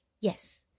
yes